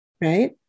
right